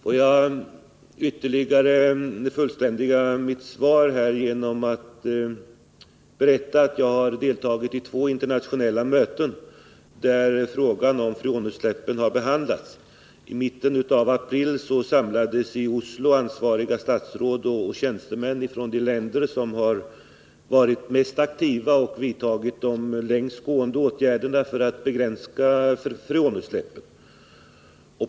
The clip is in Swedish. Får jag ytterligare fullständiga mitt svar genom att berätta att jag har deltagit i två internationella möten, där frågan om freonutsläppen har behandlats. I mitten av april samlades i Oslo ansvariga statsråd och tjänstemän från de länder som har varit mest aktiva och vidtagit de längst gående åtgärderna för att begränsa freonutsläppen.